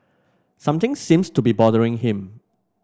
something seems to be bothering him